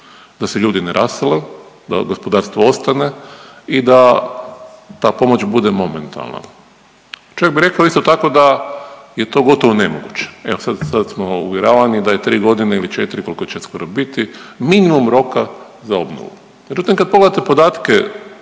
da se ljudi ne rasele, da gospodarstvo ostane i da ta pomoć bude momentalna. Čovjek bi rekao isto tako da je to gotovo nemoguće. Evo sad smo uvjeravani da je tri godine ili četiri koliko će skoro biti minimum roka za obnovu. Međutim kad pogledate podatke